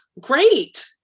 great